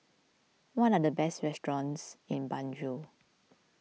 what are the best restaurants in Banjul